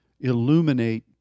illuminate